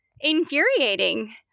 infuriating